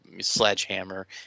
sledgehammer